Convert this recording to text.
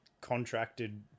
contracted